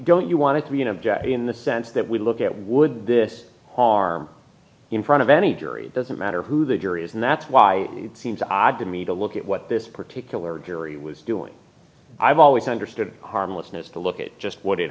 don't you want to be an object in the sense that we look at would this harm in front of any jury doesn't matter who the jury is and that's why it seems odd to me to look at what this particular jury was doing i've always understood harmlessness to look at just w